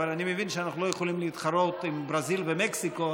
אני מבין שאנחנו לא יכולים להתחרות בברזיל ומקסיקו,